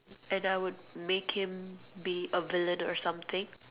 and I would make him be a villain or something